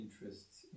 interests